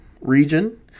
region